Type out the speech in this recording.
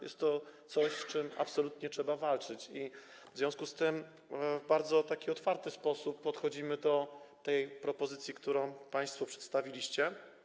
Jest to coś, z czym absolutnie trzeba walczyć, i w związku z tym w bardzo otwarty sposób podchodzimy do tej propozycji, którą państwo przedstawiliście.